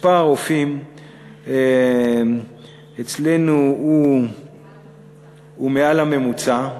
מספר הרופאים אצלנו הוא מעל הממוצע,